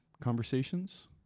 conversations